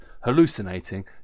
hallucinating